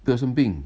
不要生病